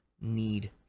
need